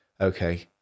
okay